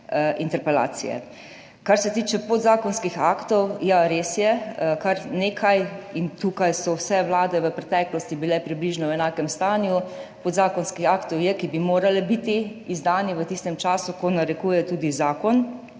Kar se tiče podzakonskih aktov, ja, res je, kar nekaj – in tukaj so vse vlade v preteklosti bile približno v enakem stanju – podzakonskih aktov je, ki bi morali biti izdani v tistem času, kot narekuje tudi zakon.